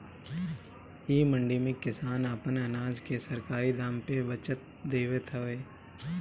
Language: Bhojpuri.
इ मंडी में किसान आपन अनाज के सरकारी दाम पे बचत देवत हवे